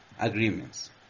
agreements